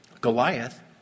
Goliath